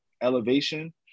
elevation